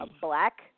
black